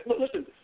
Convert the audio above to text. listen